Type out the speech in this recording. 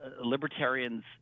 libertarians